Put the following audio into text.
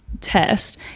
test